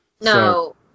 no